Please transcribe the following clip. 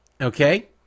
okay